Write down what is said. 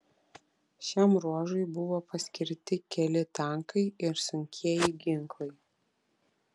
šiam ruožui buvo paskirti keli tankai ir sunkieji ginklai